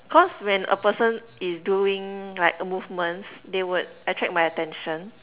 cause when a person is doing like a movement they would attract my attention